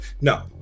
No